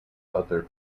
other